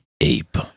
ape